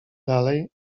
dalej